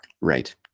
Right